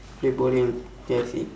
play bowling K I see